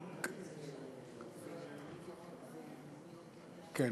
כן,